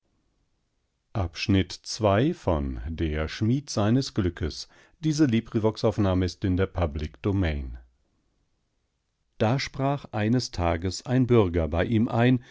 da sprach eines tages ein bürger bei ihm ein